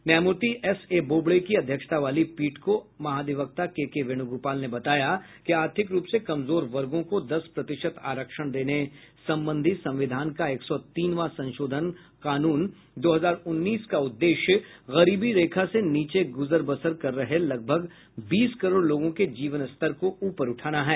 न्यायमूर्ति एसए बोबडे की अध्यक्षता वाली पीठ को महाधिवक्ता केके वेणुगोपाल ने बताया कि आर्थिक रूप से कमजोर वर्गों को दस प्रतिशत आरक्षण देने संबंधी संविधान का एक सौ तीनवां संशोधन कानून दो हजार उन्नीस का उद्देश्य गरीबी रेखा से नीचे गुजर बसर कर रहे लगभग बीस करोड़ लोगों के जीवन स्तर को ऊपर उठाना है